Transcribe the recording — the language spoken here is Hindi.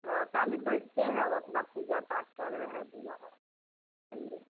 हाँ ताले बैठते है हम अपना पूजा पाठ कर रहे हैं भोला बाबा आइए